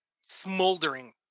smoldering